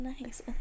nice